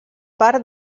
part